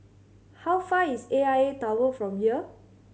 how far is A I A Tower from here